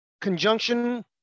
conjunction